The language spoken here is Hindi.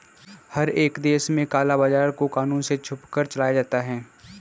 हर एक देश में काला बाजार को कानून से छुपकर चलाया जाता है